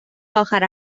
آخر